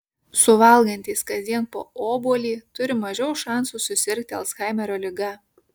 suvalgantys kasdien po obuolį turi mažiau šansų susirgti alzhaimerio liga